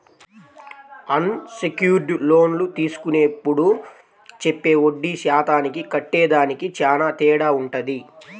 అన్ secured లోన్లు తీసుకునేప్పుడు చెప్పే వడ్డీ శాతానికి కట్టేదానికి చానా తేడా వుంటది